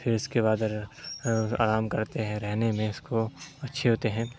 پھر اس کے بعد آرام کرتے ہیں رہنے میں اس کو اچھے ہوتے ہیں